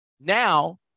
Now